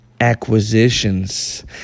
acquisitions